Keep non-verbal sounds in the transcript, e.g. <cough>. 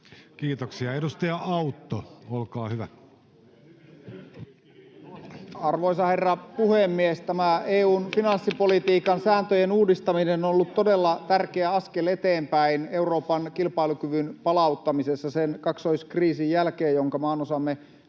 suunnitelmasta Time: 14:21 Content: Arvoisa herra puhemies! Tämä EU:n finanssipolitiikan sääntöjen uudistaminen <noise> on ollut todella tärkeä askel eteenpäin Euroopan kilpailukyvyn palauttamisessa sen kaksoiskriisin jälkeen, jonka maanosamme